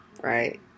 Right